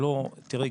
תיראי,